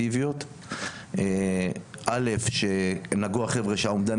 יהיה תקציב תחזוקה בצד אצל גורם חיצוני,